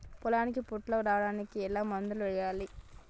పొలానికి పొట్ట రావడానికి ఏ మందును చల్లాలి?